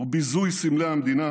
וביזוי סמלי המדינה,